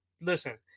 listen